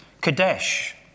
Kadesh